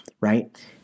right